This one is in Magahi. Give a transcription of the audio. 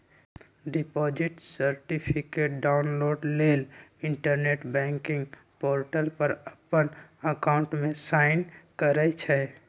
डिपॉजिट सर्टिफिकेट डाउनलोड लेल इंटरनेट बैंकिंग पोर्टल पर अप्पन अकाउंट में साइन करइ छइ